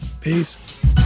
Peace